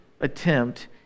attempt